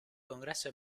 congresso